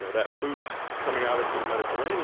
that boot coming out into the mediterranean